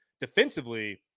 defensively